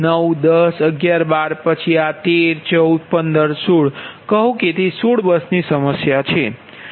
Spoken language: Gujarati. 9 10 11 12 પછી 13 14 15 16 કહો કે તે 16 બસની સમસ્યા છે